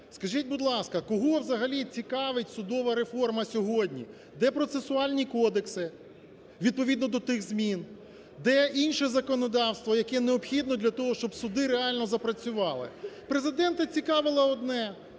Скажіть, будь ласка, кого взагалі цікавить судова реформа сьогодні? Де процесуальні кодекси відповідно до тих змін? Де інше законодавство, яке необхідно для того, щоб суди реально запрацювали? Президента цікавило одне